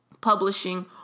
publishing